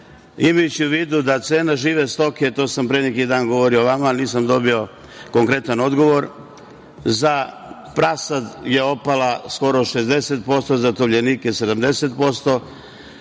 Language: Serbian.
Imajući u vidu da cena žive stoke, to sam pre neki dan govorio, ali nisam dobio konkretan odgovor, za prasad je opala skoro 60%, za tovljenike 70%,